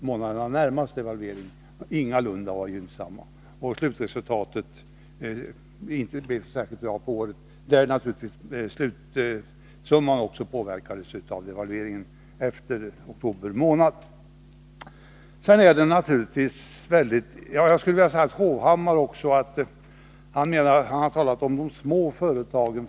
Månaderna närmast devalveringen var ingalunda gynnsamma, och slutresultatet för året blev inte särskilt bra, låt vara att slutsumman och resultatet efter oktober månad också påverkades av devalveringen. Erik Hovhammar har här talat om framför allt de små företagen.